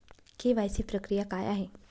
KYC प्रक्रिया काय आहे?